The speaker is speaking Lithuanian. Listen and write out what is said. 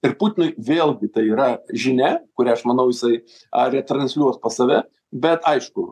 ir putinui vėlgi tai yra žinia kurią aš manau jisai a retransliuos pas save bet aišku